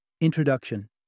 Introduction